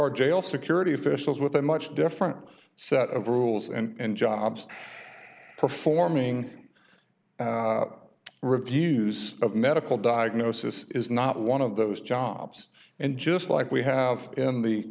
our jail security officials with a much different set of rules and jobs performing reviews of medical diagnosis is not one of those jobs and just like we have in the